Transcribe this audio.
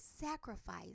sacrifice